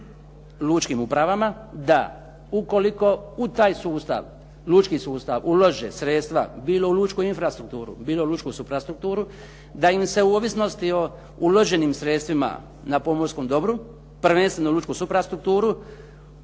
lučkim upravama da ukoliko u taj lučki sustav ulože sredstva, bilo u lučku infrastrukturu, bilo u lučku suprastrukturu da im se u ovisnosti o uloženim sredstvima na pomorskom dobru, prvenstveno lučku suprastrukturu